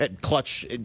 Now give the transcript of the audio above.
clutch